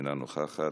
אינה נוכחת,